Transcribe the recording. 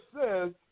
says